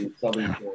southern